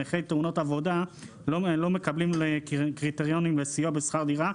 שנכי תאונות עבודה לא מקבלים קריטריונים לסיוע בשכר דירה,